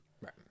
Right